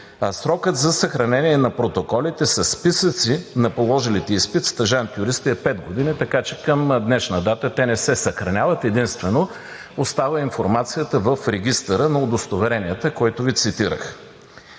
срокът за съхранение на протоколите със списъци на положилите изпит стажант-юристи е пет години, така че към днешна дата те не се съхраняват, единствено остава информацията в Регистъра на удостоверенията, който Ви цитирах.